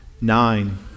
Nine